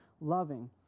loving